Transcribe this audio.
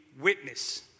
witness